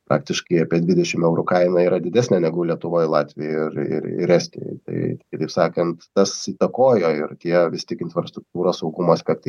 praktiškai apie dvidešim eurų kaina yra didesnė negu lietuvoj latvijoj ir ir ir estijoj tai kitaip sakant tas įtakojo ir tie vis tik infrastruktūros saugumo aspektai